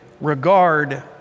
regard